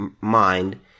mind